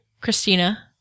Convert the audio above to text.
Christina